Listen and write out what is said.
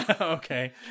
Okay